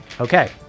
Okay